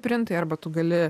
printai arba tu gali